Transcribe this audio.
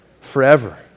Forever